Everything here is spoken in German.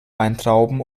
weintrauben